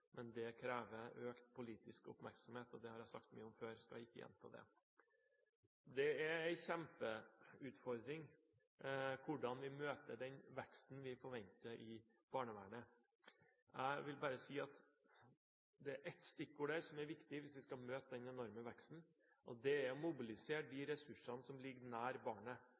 Men det krever økt politisk oppmerksomhet, og det har jeg sagt mye om før, så jeg skal ikke gjenta det. Det er en kjempeutfordring hvordan vi møter den veksten vi forventer i barnevernet. Jeg vil bare si at det er ett stikkord der som er viktig hvis vi skal møte den enorme veksten, og det er å mobilisere de ressursene som ligger nær barnet,